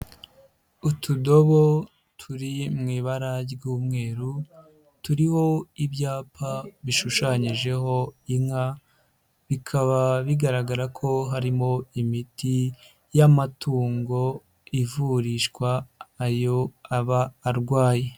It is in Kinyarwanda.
Utudobo turiwi ibara ry'umweru, turiho ibyapa bishushanyijeho inka, bikaba bigaragara ko harimo imiti y'amatungo ivurishwa ayo aba arwaye.